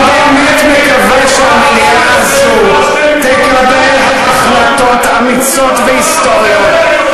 אני באמת מקווה שהמליאה הזאת תקבל החלטות אמיצות והיסטוריות,